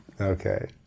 Okay